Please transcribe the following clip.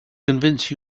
convince